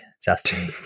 Justin